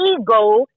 ego